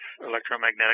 electromagnetic